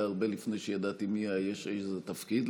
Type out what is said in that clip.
הרבה לפני שידעתי מי יאייש איזה תפקיד,